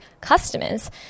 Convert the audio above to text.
customers